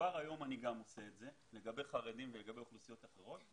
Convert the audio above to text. כבר היום אני עושה את זה לגבי חרדים ולגבי אוכלוסיות אחרות.